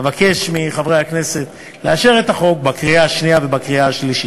אבקש מחברי הכנסת לאשר את החוק בקריאה שנייה ובקריאה שלישית.